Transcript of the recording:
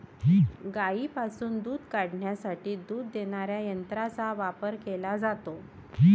गायींपासून दूध काढण्यासाठी दूध देणाऱ्या यंत्रांचा वापर केला जातो